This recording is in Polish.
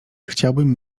chciałbym